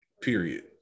Period